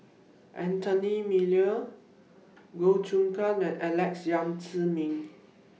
Anthony Miller Goh Choon Kang and Alex Yam Ziming